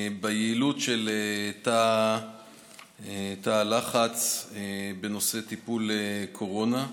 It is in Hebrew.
ביעילות של תא לחץ בנושא טיפול בקורונה.